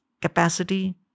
capacity